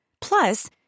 Plus